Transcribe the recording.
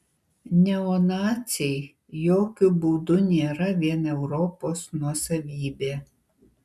neonaciai jokiu būdu nėra vien europos nuosavybė